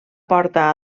porta